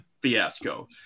fiasco